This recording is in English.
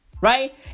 Right